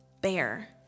bear